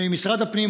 ממשרד הפנים,